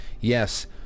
yes